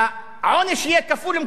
העונש יהיה כפול ומכופל.